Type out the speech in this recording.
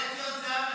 הראשון לציון,